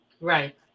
right